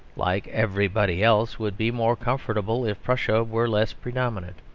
like everybody else, would be more comfortable if prussia were less predominant.